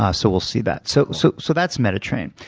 ah so we'll see that. so so so that's meta train.